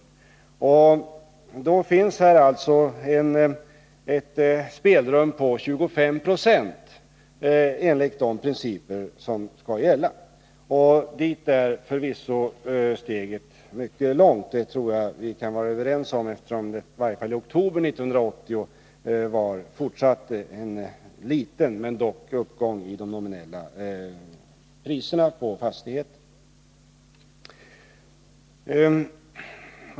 Därför finns här ett spelrum på 25 96 enligt de principer som skall gälla. Dit är förvisso steget mycket långt. Det tror jag vi kan vara överens om, eftersom det i varje fall i oktober 1980 var en fortsatt liten men dock uppgång i de nominella priserna på fastigheterna.